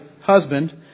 husband